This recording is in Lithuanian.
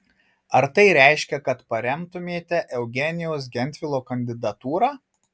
ar tai reiškia kad paremtumėte eugenijaus gentvilo kandidatūrą